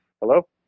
Hello